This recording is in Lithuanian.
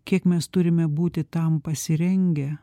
kiek mes turime būti tam pasirengę